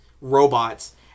robots